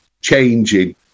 changing